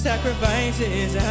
Sacrifices